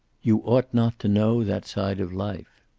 you ought not to know that side of life.